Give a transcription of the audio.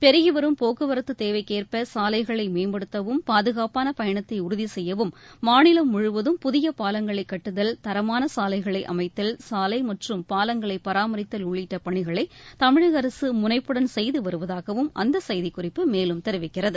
பெருகிவரும் போக்குவரத்து தேவைக்கேற்ப சாலைகளை மேம்படுத்தவும் பாதுகாப்பான பயணத்தை உறுதி செய்யவும் மாநிலம் முழுவதும் புதிய பாலங்களை கட்டுதல் தரமான சாலைகளை அமைத்தல் சாலை மற்றும் பாலங்களை பராமரித்தல் உள்ளிட்ட பணிகளை தமிழக அரசு முனைப்புடன் செய்து வருவதாகவும் அந்த செய்திக்குறிப்பு மேலும் தெரிவிக்கிறது